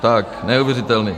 Tak neuvěřitelný.